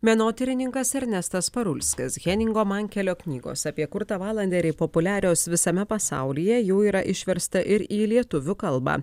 menotyrininkas ernestas parulskis heningo mankelio knygos apie kurtą valanderį populiarios visame pasaulyje jų yra išversta ir į lietuvių kalbą